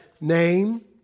name